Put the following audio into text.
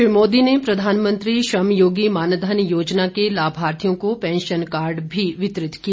श्री मोदी ने प्रधानमंत्री श्रमयोगी मानधन योजना के लाभार्थियों को पेंशन कार्ड भी वितरित किए